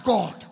God